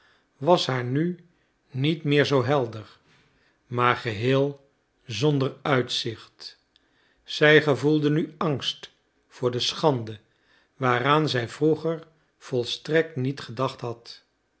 was haar nu niet meer zoo helder maar geheel zonder uitzicht zij gevoelde nu angst voor de schande waaraan zij vroeger volstrekt niet gedacht had